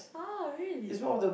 ah really